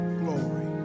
glory